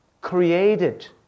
created